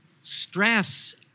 Stress